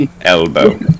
elbow